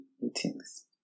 meetings